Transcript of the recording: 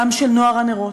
גם של נוער הנרות,